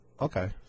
Okay